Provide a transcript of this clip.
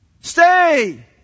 Stay